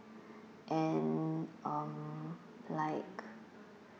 and um like